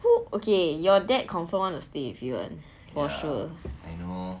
okay your dad confirm wanna stay with you [one] for sure